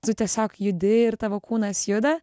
tu tiesiog judi ir tavo kūnas juda